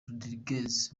rodríguez